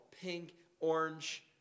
pink-orange